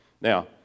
Now